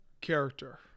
character